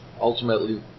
ultimately